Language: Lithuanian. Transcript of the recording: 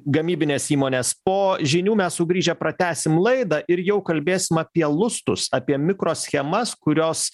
gamybinės įmonės po žinių mes sugrįžę pratęsim laidą ir jau kalbėsim apie lustus apie mikroschemas kurios